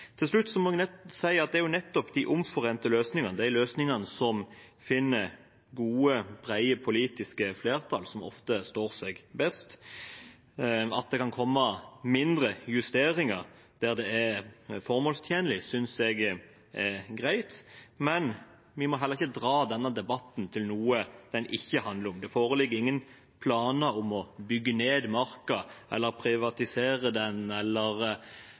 Til slutt må jeg si at det er nettopp de omforente løsningene, de løsningene som finner gode, brede politiske flertall, som ofte står seg best. At det kan komme mindre justeringer der det er formålstjenlig, synes jeg er greit. Og vi må ikke la denne debatten utvikle seg til noe den ikke handler om. Det foreligger ingen planer om å bygge ned marka, privatisere den eller